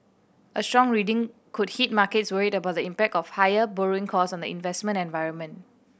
a strong reading could hit markets worried about the impact of higher borrowing costs on the investment environment